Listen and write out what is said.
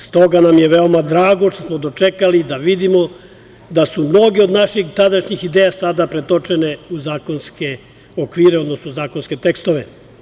Stoga nam je veoma drago što smo dočekali da vidimo da su mnoge od naših tadašnjih ideja sada pretočene u zakonske okvire, odnosno zakonske tekstove.